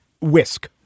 whisk